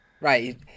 Right